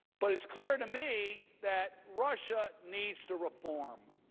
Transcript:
but it's clear to me that russia needs to reform.